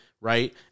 right